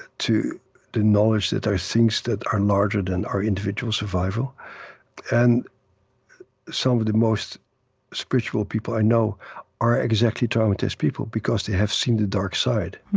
to the knowledge that there are things that are larger than our individual survival and some of the most spiritual people i know are exactly traumatized people, because they have seen the dark side.